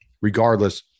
regardless